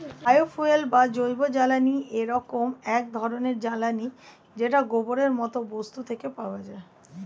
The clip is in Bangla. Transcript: বায়ো ফুয়েল বা জৈবজ্বালানী এমন এক ধরণের জ্বালানী যেটা গোবরের মতো বস্তু থেকে পাওয়া যায়